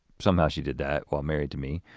somehow she did that while married to me.